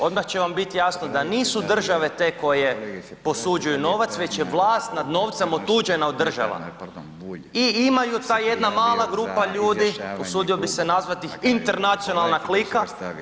Odmah će vam biti jasno da nisu države te koje posuđuju novac već je vlast nad novcem otuđena od država i imaju ta jedna mala grupa ljudi, usudio bih se nazvati ih internacionalna klika.